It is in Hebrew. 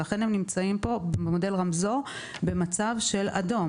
ולכן הם נמצאים במודל במצב האדום,